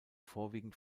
vorwiegend